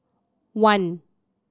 one